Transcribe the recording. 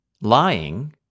lying